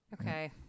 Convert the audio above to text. Okay